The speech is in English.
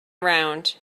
around